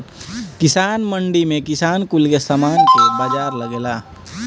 किसान मंडी में किसान कुल के समान के बाजार लगेला